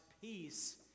peace